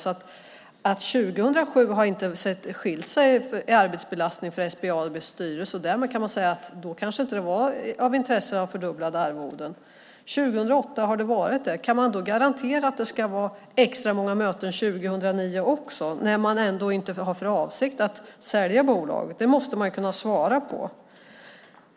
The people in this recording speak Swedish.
Det har inte varit någon skillnad i arbetsbelastningen för SBAB:s styrelse under 2006 och 2007. Därmed kan man säga att det kanske inte var av intresse att fördubbla arvodena. Men 2008 har det varit det. Kan man då garantera att det ska vara extra många möten 2009 också när man ändå inte har för avsikt att sälja bolaget? Det måste man kunna svara på.